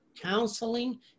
counseling